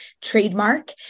trademark